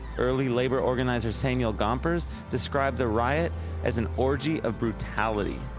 early labor organizer samuel gompers described the riot as an orgy of brutality.